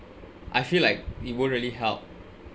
I feel like it won't really help